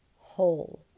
whole